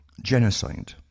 genocide